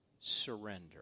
surrender